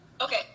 Okay